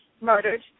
murdered